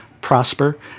Prosper